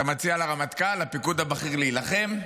אתה מציע לרמטכ"ל, לפיקוד הבכיר, להילחם?